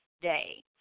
day